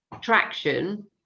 traction